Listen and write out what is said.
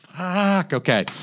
Okay